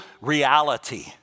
reality